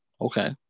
Okay